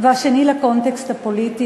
והשני לקונטקסט הפוליטי,